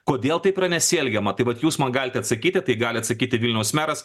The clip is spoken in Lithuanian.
kodėl taip yra nesielgiama tai vat jūs man galite atsakyti tai gali atsakyti vilniaus meras